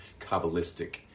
Kabbalistic